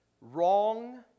wrong